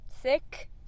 sick